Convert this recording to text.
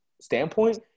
standpoint